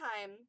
time